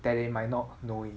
that they might not know it